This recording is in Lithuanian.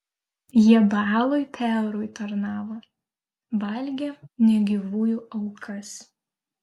jie baalui peorui tarnavo valgė negyvųjų aukas